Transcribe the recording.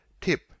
Tip